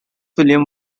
william